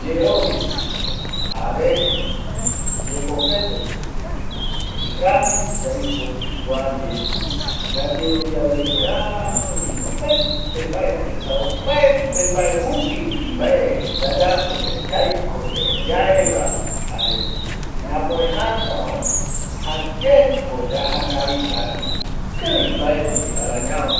Yerovia jare yepopte ikavi yaiko kua ndie yayerovia reve kavi opaete mbae esa opaete mbae jupirupi mbae yayapoyae yaiko yae yaeva jare ñamoejäkava jayaeko yajakavita ikavi mbae rupi arañavo